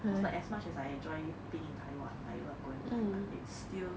cause like as much as I enjoy being in taiwan like I love going to taiwan it's still